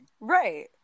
Right